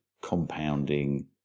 compounding